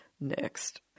next